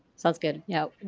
sounds good. yeah.